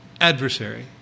Adversary